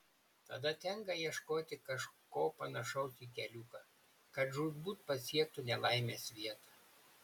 tada tenka ieškoti kažko panašaus į keliuką kad žūtbūt pasiektų nelaimės vietą